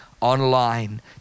online